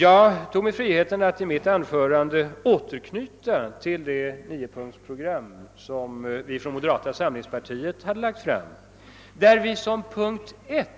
Jag tog mig friheten att i mitt anförande återknyta till det niopunktsprogram som vi från moderata samlingspartiet lade fram och i vilket vi i punkt 1